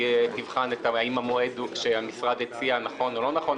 היא תבחן האם המועד שהמשרד הציע הוא נכון או לא נכון.